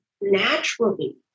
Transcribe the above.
naturally